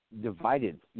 divided